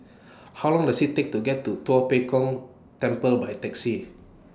How Long Does IT Take to get to Tua Pek Kong Temple By Taxi